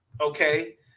okay